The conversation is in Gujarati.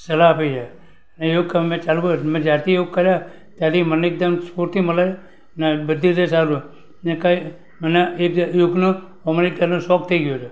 સલાહ આપી છે યોગ કરવાનું મે ચાલુ કર્યું મેં જ્યારથી યોગ કર્યા ત્યારથી મને એકદમ સ્ફૂર્તિ મળે અને બધી રીતે સારું ને અને યોગનો હમણાં એક જાતનો શોખ થઈ ગયો છે